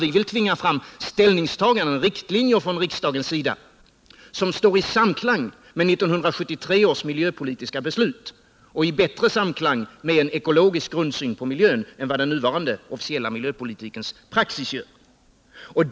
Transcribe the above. Vi vill tvinga fram ställningstagande och riktlinjer från riksdagens sida som står i samklang med 1973 års miljöpolitiska beslut och i bättre samklang med en ekologisk grundsyn på miljön än vad den nuvarande officiella miljöpolitikens praxis gör.